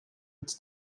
its